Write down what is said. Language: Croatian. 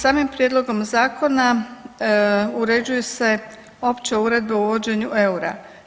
Samom, samim prijedlogom Zakona uređuju se opće uredbe o uvođenju eura.